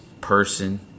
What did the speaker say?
person